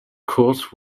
court